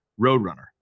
Roadrunner